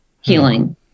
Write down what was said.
healing